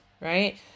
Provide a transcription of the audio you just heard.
right